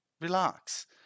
Relax